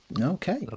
okay